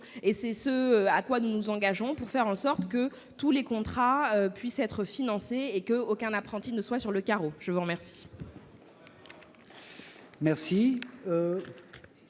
C'est ce à quoi nous nous engageons, pour faire en sorte que tous les contrats puissent être financés et qu'aucun apprenti ne reste sur le carreau. La parole